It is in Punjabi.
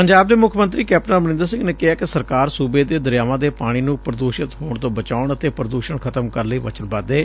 ਪੰਜਾਬ ਦੇ ਮੁੱਖ ਮੰਤਰੀ ਕੈਪਟਨ ਅਮਰੰਦਰ ਸਿੰਘ ਨੇ ਕਿਹੈ ਕਿ ਸਰਕਾਰ ਸੂਬੇ ਦੇ ਦਰਿਆਵਾਂ ਦੇ ਪਾਣੀ ਨੂੰ ਪ੍ਰਦੂਸ਼ਤ ਹੋਣ ਤੋਂ ਬਚਾਉਣ ਅਤੇ ਪ੍ਰਦੂਸ਼ਣ ਖ਼ਤਮ ਕਰਨ ਲਈ ਵਚਨਬੱਧ ਏ